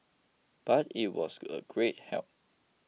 but it was a great help